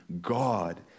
God